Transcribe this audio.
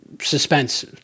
suspense